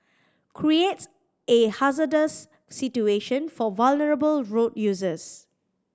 creates a hazardous situation for vulnerable road users